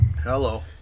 Hello